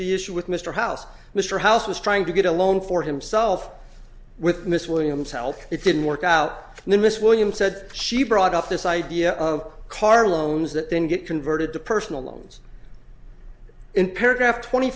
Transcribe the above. the issue with mr house mr house was trying to get a loan for himself with miss williams health it didn't work out and then miss williams said she brought up this idea of car loans that then get converted to personal loans in paragraph twenty